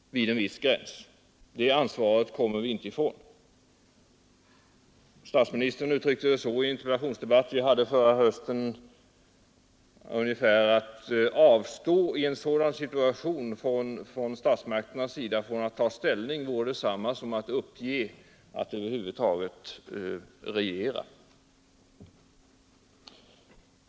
Det ansvaret kommer vi inte ifrån. Statsministern uttryckte sig i en interpellationsdebatt som vi hade förra hösten ungefär så: Att i en sådan situation från statsmakternas sida avstå från att ta ställning vore detsamma som att uppge att över huvud taget regera.